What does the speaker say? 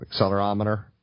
accelerometer